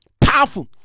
powerful